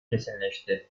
kesinleşti